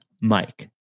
Mike